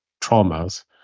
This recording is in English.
traumas